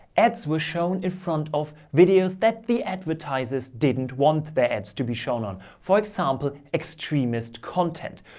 ads were shown in front of videos that the advertisers didn't want their ads to be shown on, for example, extremist content.